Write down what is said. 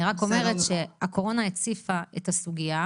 אני רק אומרת שהקורונה הציפה את הסוגייה